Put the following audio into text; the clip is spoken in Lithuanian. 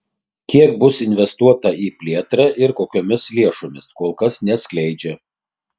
kiek bus investuota į plėtrą ir kokiomis lėšomis kol kas neatskleidžia